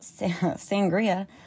sangria